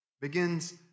begins